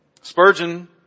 Spurgeon